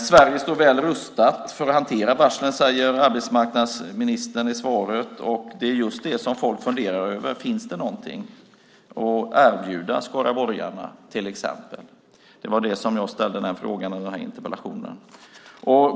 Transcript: Sverige står väl rustat för att hantera varslen, säger arbetsmarknadsministern i svaret. Det är just det som människor funderar över. Finns det någonting att erbjuda till exempel skaraborgarna? Jag ställde den frågan i interpellationen.